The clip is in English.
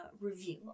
review